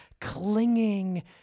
clinging